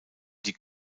die